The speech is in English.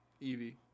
Evie